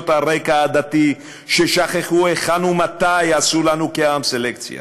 על רקע עדתי שכחו היכן ומתי עשו לנו כעם סלקציה.